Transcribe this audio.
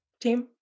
team